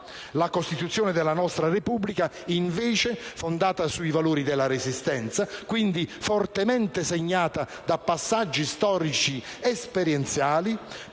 La Costituzione della nostra Repubblica, invece, fondata sui valori della Resistenza, e quindi fortemente segnata da passaggi storici esperienziali,